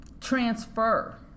transfer